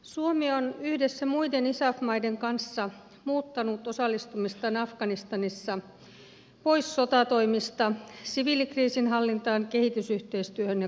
suomi on yhdessä muiden isaf maiden kanssa muuttanut osallistumistaan afganistanissa pois sotatoimista siviilikriisinhallintaan kehitysyhteistyöhön ja koulutukseen